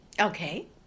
Okay